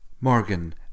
Morgan